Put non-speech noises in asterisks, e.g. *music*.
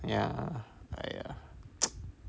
ya !aiya! *noise*